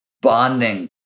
bonding